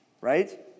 Right